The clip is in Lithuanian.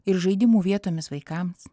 ir žaidimų vietomis vaikams